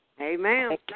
amen